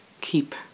Keep